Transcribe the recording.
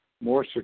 more